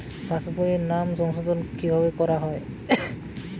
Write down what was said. পাশ বইয়ে নাম সংশোধন কিভাবে করা হয়?